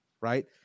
right